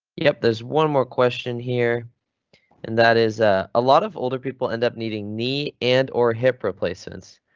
yep, there's one more question here and that is a ah lot of older people end up needing knee and or hip replacements.